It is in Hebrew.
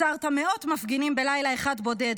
עצרת מאות מפגינים בלילה אחד בודד.